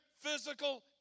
physical